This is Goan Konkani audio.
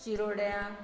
शिरोड्या